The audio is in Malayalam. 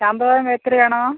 ശാന്ത ഭവൻ ബേക്കറിയാണോ